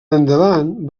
endavant